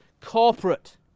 corporate